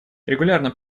регулярно